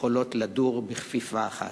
יכולות לדור בכפיפה אחת.